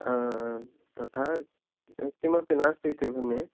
तथा किमपि नास्ति इति मन्ये